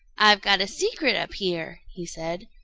i've got a secret up here, he said.